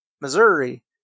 Missouri